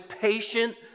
patient